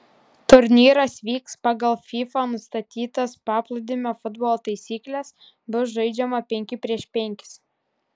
turnyras vyks pagal fifa nustatytas paplūdimio futbolo taisykles bus žaidžiama penki prieš penkis